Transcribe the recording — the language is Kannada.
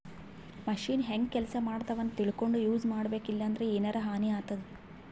ಮಷಿನ್ ಹೆಂಗ್ ಕೆಲಸ ಮಾಡ್ತಾವ್ ಅಂತ್ ತಿಳ್ಕೊಂಡ್ ಯೂಸ್ ಮಾಡ್ಬೇಕ್ ಇಲ್ಲಂದ್ರ ಎನರೆ ಹಾನಿ ಆತದ್